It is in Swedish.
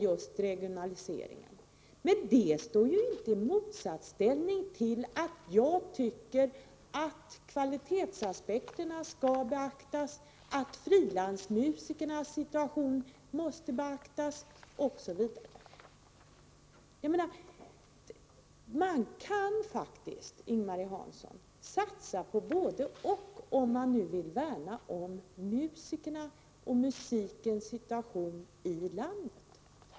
Men det står ju inte i motsatsställning till att jag tycker att kvalitetsaspekten skall beaktas, att frilansmusikernas situation måste beaktas osv. Man kan faktiskt, Ing-Marie Hansson, satsa på både-och, om man vill värna om musikerna och musikens situation i landet.